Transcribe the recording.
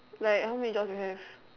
like how many jobs you have